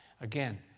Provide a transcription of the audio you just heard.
Again